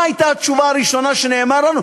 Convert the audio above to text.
מה הייתה התשובה הראשונה שנאמרה לנו?